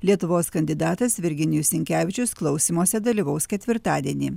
lietuvos kandidatas virginijus sinkevičius klausymuose dalyvaus ketvirtadienį